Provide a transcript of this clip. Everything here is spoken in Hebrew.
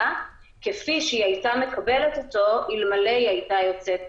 כפי שהייתה מקבלת אותו אלמלא הייתה יוצאת